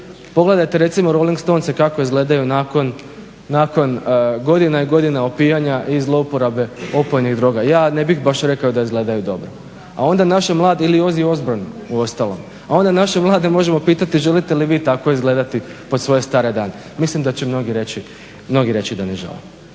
Pogledajte recimo Rolling stonse kako izgledaju nakon godina i godina opijanja i zlouporabe opojnih druga. Ja ne bih baš rekao da izgledaju dobro, a onda naši mladi ili Ozzy Osburn uostalom. Onda naše mlade možemo pitati želite li vi tako izgledati pod svoje stare dane? Mislim da će mnogi reći da ne žele.